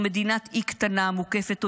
אנחנו מדינת אי קטנה, מוקפת אויבים,